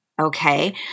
Okay